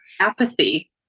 Apathy